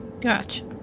gotcha